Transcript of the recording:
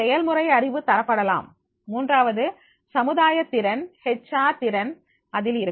செயல்முறை அறிவு தரப்படலாம் மூன்றாவது சமுதாய திறன் ஹெச் ஆர் திறன் அதில் இருக்கும்